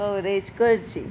average करची